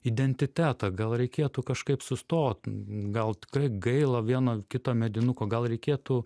identitetą gal reikėtų kažkaip sustot gal tikrai gaila vieno kito medinuko gal reikėtų